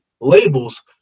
labels